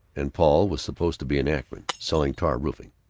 and paul was supposed to be in akron, selling tar-roofing.